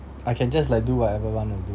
I can just like do whatever want to do